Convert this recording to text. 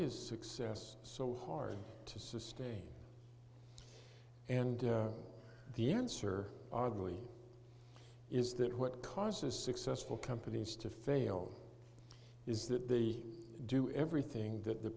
is success so hard to sustain and the answer oddly is that what causes successful companies to fail is that the do everything that the